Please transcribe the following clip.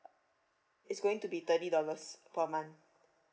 it's going to be thirty dollars per month